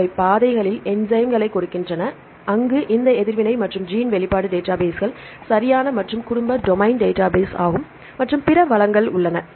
அவை பாதைகளில் என்ஸைம்களைக் கொடுக்கின்றன அங்கு இந்த எதிர்வினை மற்றும் ஜீன் வெளிப்பாடு டேட்டாபேஸ்கள் சரியான மற்றும் குடும்ப டொமைன் டேட்டாபேஸ் மற்றும் பிற வளங்கள் உள்ளன